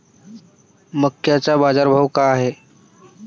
मक्याचा बाजारभाव काय हाय?